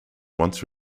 once